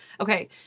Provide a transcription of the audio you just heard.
Okay